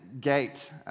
Gate